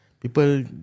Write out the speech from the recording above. people